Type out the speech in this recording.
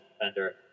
defender